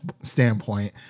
standpoint